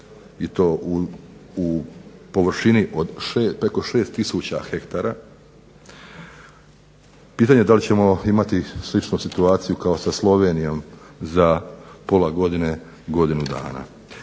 i to u površini preko 6000 hektara. Pitanje je da li ćemo imati sličnu situaciju kao sa Slovenijom za pola godine, godinu dana.